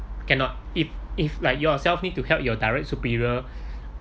cannot if if like yourselves need to help your direct superior